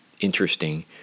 interesting